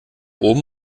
oben